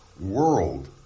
world